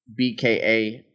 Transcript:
BKA